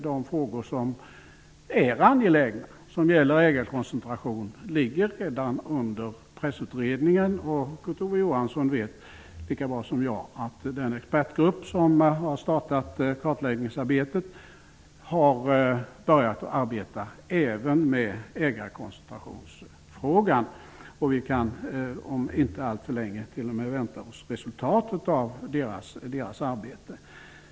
De frågor som är angelägna och som gäller ägarkoncentration behandlas redan av Pressutredningen. Kurt Ove Johansson vet lika bra som jag att den expertgrupp som har startat kartläggningsarbetet även har börjat att arbeta med ägarkoncentrationsfrågan. Vi kan om inte alltför lång tid t.o.m. vänta oss resultat av gruppens arbete.